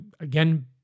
again